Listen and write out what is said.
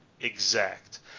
exact